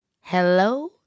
Hello